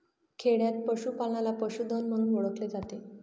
खेडयांत पशूपालनाला पशुधन म्हणून ओळखले जाते